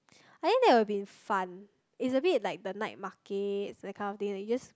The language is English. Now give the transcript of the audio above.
I think that will be fun is a bit like the night market that kind of thing that you just